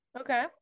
Okay